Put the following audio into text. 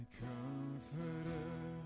comforter